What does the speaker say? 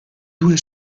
due